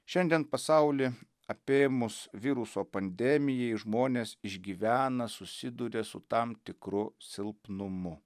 šiandien pasaulį apėmus viruso pandemijai žmonės išgyvena susiduria su tam tikru silpnumu